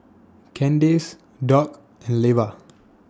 Candace Doug and Leva